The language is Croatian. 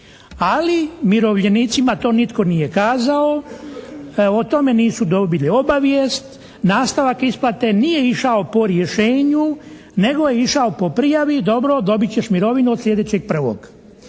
ali umirovljenicima to nitko nije kazao, o tome nisu dobili obavijest. Nastavak isplate nije išao po rješenju nego je išao po prijavi, dobro dobit ćeš mirovinu od sljedećeg 1.